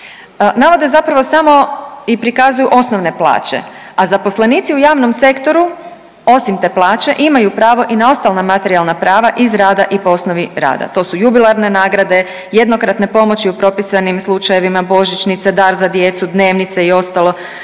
navode zapravo samo i prikazuju osnovne plaće, a zaposlenici u javnom sektoru osim te plaće imaju pravo i na ostala materijalna prava iz rada i po osnovi rada. To su jubilarne nagrade, jednokratne pomoći u propisanim slučajevima, božićnice, dar za djecu, dnevnice i ostalo,